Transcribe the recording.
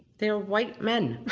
they're white men.